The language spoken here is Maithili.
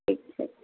ठीक छै